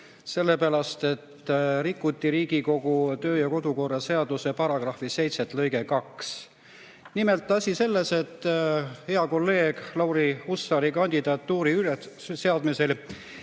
sellepärast et rikuti Riigikogu kodu- ja töökorra seaduse § 7 lõiget 2. Nimelt, asi on selles, et hea kolleegi Lauri Hussari kandidatuuri ülesseadmisel